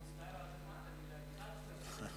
הוא יצטער, תודה.